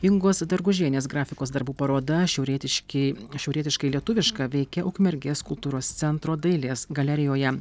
ingos dargužienės grafikos darbų paroda šiaurietiški šiaurietiškai lietuviška veikia ukmergės kultūros centro dailės galerijoje